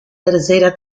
tercera